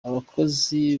abakozi